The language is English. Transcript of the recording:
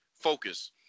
focus